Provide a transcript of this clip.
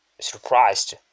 surprised